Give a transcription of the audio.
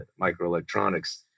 microelectronics